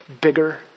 bigger